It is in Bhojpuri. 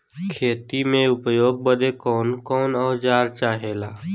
खेती में उपयोग बदे कौन कौन औजार चाहेला?